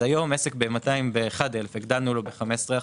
היום עסק ב-201,000 הגדלנו לו ב-15%,